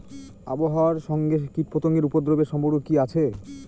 আবহাওয়ার সঙ্গে কীটপতঙ্গের উপদ্রব এর সম্পর্ক কি আছে?